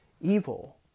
evil